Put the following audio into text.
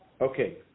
Okay